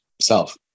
self